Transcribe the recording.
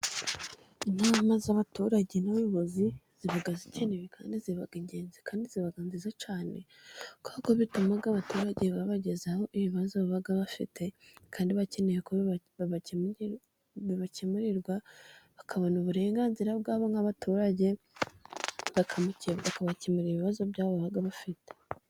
Inama z'abaturage n'abayobozi ziba zikenewe kandi ziba ingenzi kandi ziba nziza cyane, kubera ko bituma abaturage babagezaho ibibazo baba bafite, kandi bakeneye ko bibakemurirwa bakabona uburenganzira bwabo nk'abaturage, bakabakemurira ibibazo byabo baba bafite.